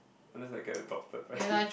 unless I get adopted right